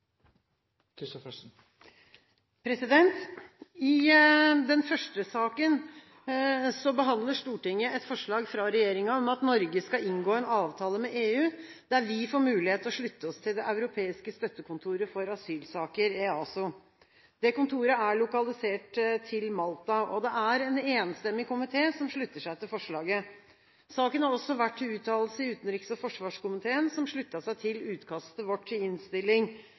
vedtatt. I den første saken behandler Stortinget et forslag fra regjeringen om at Norge skal inngå en avtale med EU, der vi får muligheten til å slutte oss til Det europeiske støttekontoret for asylsaker, EASO. Kontoret er lokalisert til Malta. Det er en enstemmig komite som slutter seg til forslaget. Saken har også vært til uttalelse i utenriks- og forsvarskomiteen, som sluttet seg til utkastet vårt til innstilling.